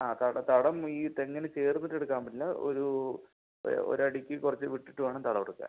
ആ തടം തടം ഈ തെങ്ങിന് ചേർന്നിട്ട് എടുക്കാൻ പറ്റില്ല ഒരു ഒര് ഒര് അടിക്ക് കുറച്ച് വിട്ടിട്ട് വേണം തടം എടുക്കാൻ